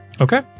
okay